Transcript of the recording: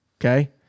okay